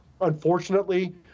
Unfortunately